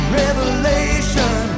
revelation